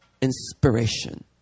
inspiration